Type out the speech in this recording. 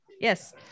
Yes